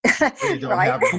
right